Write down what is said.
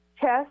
chest